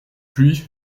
pluie